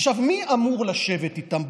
עכשיו, מי אמור לשבת איתם?